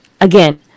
Again